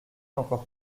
encore